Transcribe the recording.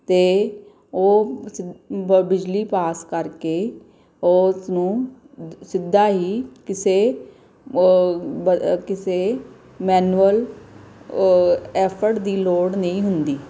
ਅਤੇ ਉਹ ਸਿਧ ਬ ਬਿਜਲੀ ਪਾਸ ਕਰਕੇ ਓਸਨੂੰ ਸਿੱਧਾ ਹੀ ਕਿਸੇ ਬ ਕਿਸੇ ਮੈਨੁਅਲ ਐਫਰਟ ਦੀ ਲੋੜ ਨਹੀਂ ਹੁੰਦੀ